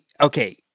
okay